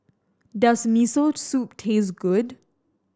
does Miso Soup taste good